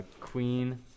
Queen